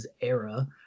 era